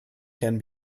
can